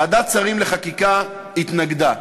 ועדת שרים לחקיקה התנגדה.